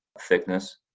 thickness